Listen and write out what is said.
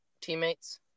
teammates